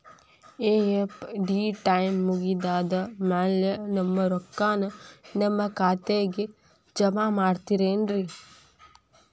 FD time ಮುಗಿದಾದ್ ಮ್ಯಾಲೆ ನಮ್ ರೊಕ್ಕಾನ ನಮ್ ಖಾತೆಗೆ ಜಮಾ ಮಾಡ್ತೇರೆನ್ರಿ?